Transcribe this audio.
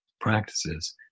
practices